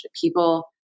people